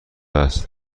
است